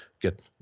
get